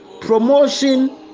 promotion